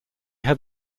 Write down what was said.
had